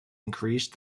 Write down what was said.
increased